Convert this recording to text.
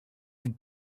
een